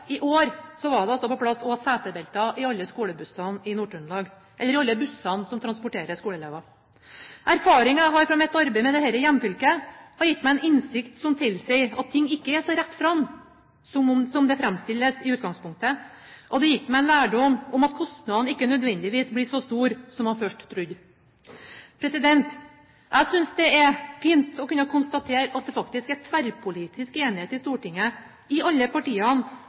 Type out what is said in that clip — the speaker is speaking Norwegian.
i år var det også på plass setebelter i alle bussene i Nord-Trøndelag som transporterer skoleelever. Erfaringene jeg har fra mitt arbeid med dette i mitt hjemfylke, har gitt meg en innsikt som tilsier at ting ikke er så rett fram som det fremstilles i utgangspunktet, og det har gitt meg en lærdom om at kostnaden ikke nødvendigvis blir så stor som man først trodde. Jeg synes det er fint å kunne konstatere at det faktisk er tverrpolitisk enighet i Stortinget – i alle partiene